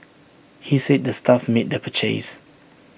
he said the staff made the purchase